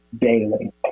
daily